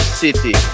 city